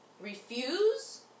refuse